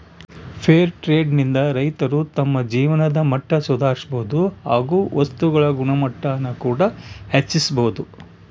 fair trade ನಿಂದ ರೈತರು ತಮ್ಮ ಜೀವನದ ಮಟ್ಟ ಸುಧಾರಿಸಬೋದು ಹಾಗು ವಸ್ತುಗಳ ಗುಣಮಟ್ಟಾನ ಕೂಡ ಹೆಚ್ಚಿಸ್ಬೋದು